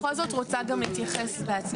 אני בכל זאת רוצה גם להתייחס בעצמי.